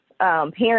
parents